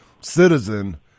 citizen